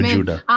Judah